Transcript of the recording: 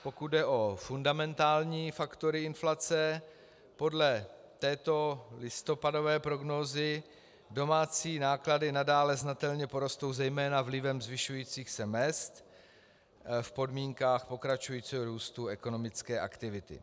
Pokud jde o fundamentální faktory inflace, podle této listopadové prognózy domácí náklady nadále znatelně porostou zejména vlivem zvyšujících se mezd v podmínkách pokračujícího růstu ekonomické aktivity.